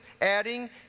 adding